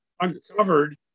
uncovered